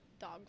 dog